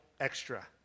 extra